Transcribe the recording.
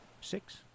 six